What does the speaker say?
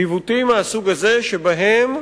עיוותים מהסוג הזה שבהם,